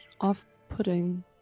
off-putting